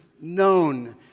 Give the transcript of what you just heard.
known